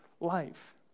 life